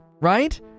Right